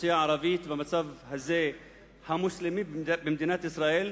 האוכלוסייה הערבית המוסלמית במדינת ישראל,